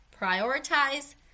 prioritize